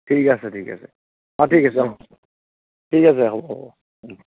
ঠিক আছে ঠিক আছে অঁ ঠিক আছে অঁ ঠিক আছে হ'ব হ'ব